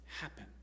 happen